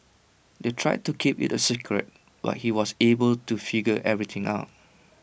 they tried to keep IT A secret but he was able to figure everything out